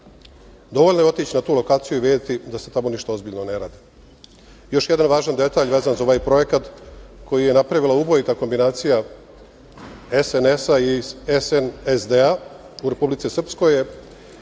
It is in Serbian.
Dovoljno je otići na tulokaciju i videti da se tamo ništa ozbiljno ne radi. Još jedan važan detalj vezan za ovaj projekat koji je napravila ubojita kombinacija SNS i SNSDA u Republici Srpskoj da